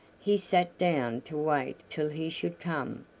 he sat down to wait till he should come,